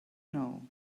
now